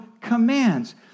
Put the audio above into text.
commands